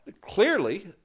clearly